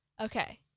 Okay